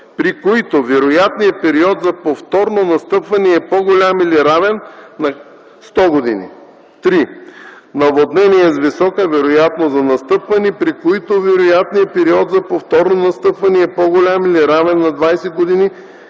при които вероятният период за повторно настъпване е по-голям или равен на 100 години; 3. наводнения с висока вероятност за настъпване, при които вероятният период за повторно настъпване е по-голям или равен на 20 години,